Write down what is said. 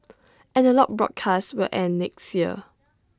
analogue broadcasts will end next year